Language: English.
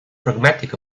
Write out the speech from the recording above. pragmatic